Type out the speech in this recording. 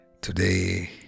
Today